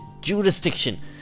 jurisdiction